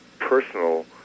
personal